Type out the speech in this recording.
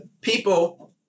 People